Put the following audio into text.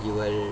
you will